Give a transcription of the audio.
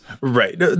Right